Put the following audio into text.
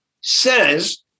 says